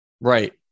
right